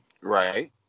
right